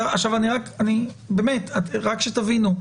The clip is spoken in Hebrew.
רק שתבינו,